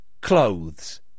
clothes